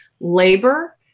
Labor